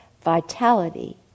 vitality